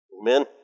Amen